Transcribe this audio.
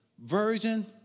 virgin